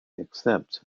accept